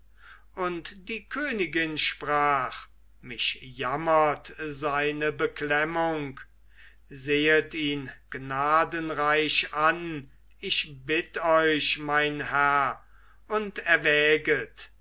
und die königin sprach mich jammert seine beklemmung sehet ihn gnadenreich an ich bitt euch mein herr und erwäget